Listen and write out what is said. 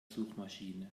suchmaschine